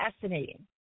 fascinating